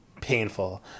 painful